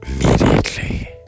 immediately